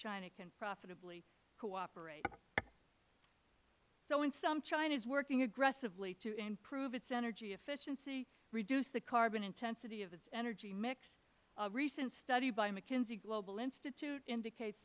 china can profitably cooperate so in sum china is working aggressively to improve its energy efficiency reduce the carbon intensity of its energy mix a recent study by mckenzie global institute indicates